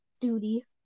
duty